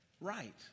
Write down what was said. right